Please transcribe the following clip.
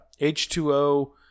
H2O